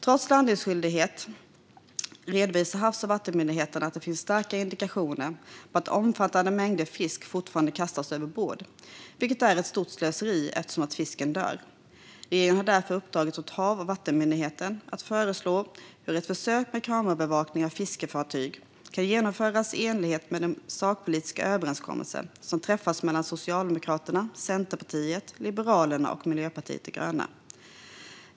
Trots landningsskyldighet redovisar Havs och vattenmyndigheten att det finns starka indikationer på att omfattande mängder fisk fortfarande kastas överbord, vilket är ett stort slöseri eftersom fisken dör. Regeringen har därför uppdragit åt Havs och vattenmyndigheten att föreslå hur ett försök med kamerabevakning av fiskefartyg kan genomföras i enlighet med den sakpolitiska överenskommelse som träffats mellan Socialdemokraterna, Centerpartiet, Liberalerna och Miljöpartiet de gröna.